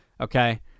Okay